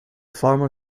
farmer